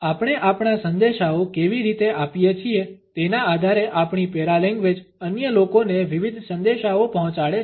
આપણે આપણા સંદેશાઓ કેવી રીતે આપીએ છીએ તેના આધારે આપણી પેરાલેંગ્વેજ અન્ય લોકોને વિવિધ સંદેશાઓ પહોંચાડે છે